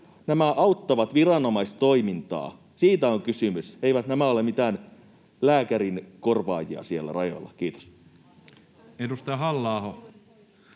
nämä auttavat viranomaistoimintaa. Siitä on kysymys, eivät nämä ole mitään lääkärin korvaajia siellä rajalla. — Kiitos. [Speech